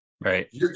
Right